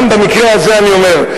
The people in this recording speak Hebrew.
גם במקרה הזה אני אומר,